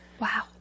Wow